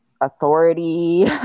authority